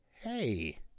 hey